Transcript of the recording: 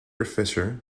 professor